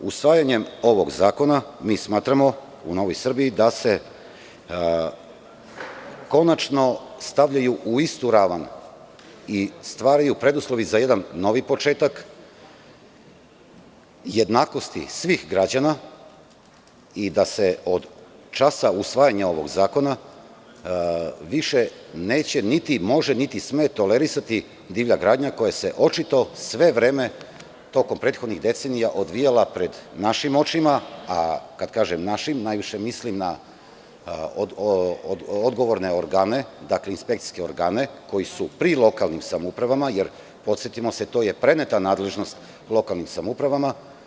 Usvajanjem ovog zakona mi smatramo u Novoj Srbiji da se konačno stavljaju u istu ravan i stvaraju preduslovi za jedan novi početak, jednakosti svih građana i da se od časa usvajanja ovog zakona više neće, niti može, niti sme tolerisati divlja gradnja koja se očito sve vreme tokom prethodnih decenija odvijala pred našim očima, a kada kažem našim, najviše mislim na odgovorne organe, inspekcijske organe koji su pri lokalnim samoupravama jer, podsetimo se, to je preneta nadležnost lokalnim samoupravama.